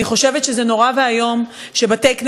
אני חושבת שזה נורא ואיום שבתי-כנסת,